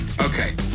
Okay